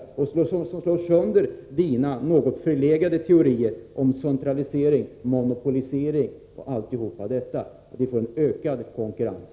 Detta slår sönder Jörn Svenssons något förlegade teorier om centralisering och monopolisering. Vi får i stället en ökad konkurrens.